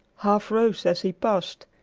half rose as he passed,